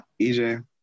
EJ